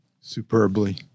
Superbly